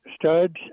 studs